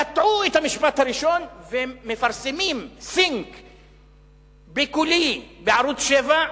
קטעו את המשפט הראשון, ומפרסמים בקולי בערוץ-7,